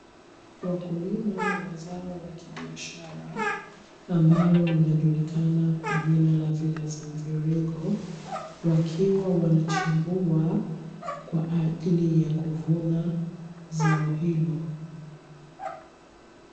Wakulima wa zao la kibiashara ambalo linajulikana kama viazi mviringo, wakiwa wanachimbua kwa ajili ya kuvuna zao hilo.